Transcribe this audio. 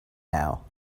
now